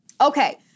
Okay